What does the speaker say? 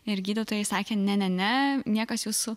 ir gydytojai sakė ne ne ne niekas jūsų